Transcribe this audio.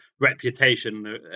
reputation